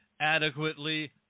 adequately